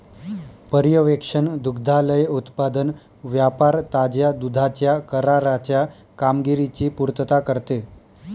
पर्यवेक्षण दुग्धालय उत्पादन व्यापार ताज्या दुधाच्या कराराच्या कामगिरीची पुर्तता करते